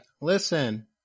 Listen